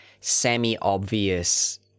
semi-obvious